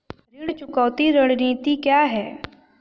ऋण चुकौती रणनीति क्या है?